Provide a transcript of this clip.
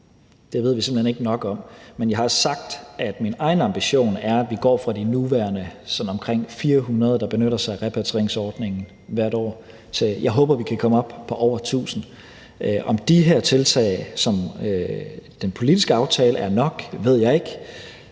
det ved vi simpelt hen ikke nok om. Men jeg har sagt, at min egen ambition er, at vi går fra de nuværende omkring 400, der benytter sig af repatrieringsordningen hvert år, til at komme op på over 1.000, som jeg håber på. Om de her tiltag, som den politiske aftale, er nok, ved jeg ikke,